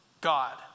God